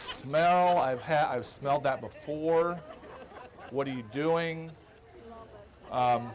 smell i've had i've smelled that before or what are you doing